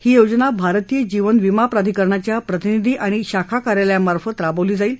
ही योजना भारतीय जीवन विमा प्राधिकरणाच्या प्रतिनिधी आणि शाखा कार्यालयामार्फत राबवली जाणार आहे